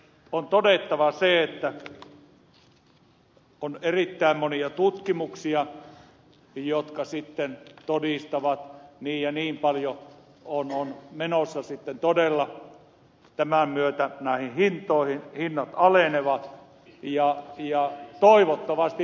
on todettava se että on erittäin monia tutkimuksia jotka sitten todistavat että niin ja niin paljon on menossa sitten todella tämän myötä hintoihin hinnat alenevat ja toivottavasti näin käy